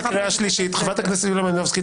חברת הכנסת יוליה מלינובסקי,